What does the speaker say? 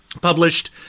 published